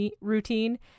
routine